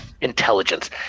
intelligence